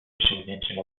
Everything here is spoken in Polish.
osiągnięciem